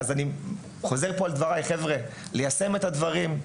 אני חוזר על דבריי: ליישם את הדברים.